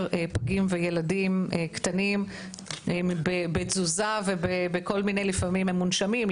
פגים וילדים קטנים בתזוזה ובכל מיני לפעמים הם מונשמים,